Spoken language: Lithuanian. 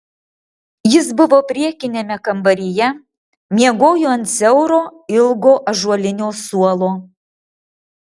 jis buvo priekiniame kambaryje miegojo ant siauro ilgo ąžuolinio suolo